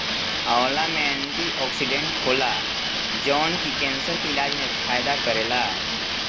आंवला में एंटीओक्सिडेंट होला जवन की केंसर के इलाज में फायदा करेला